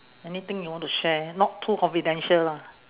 anything you want to share not too confidential lah